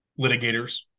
litigators